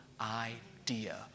idea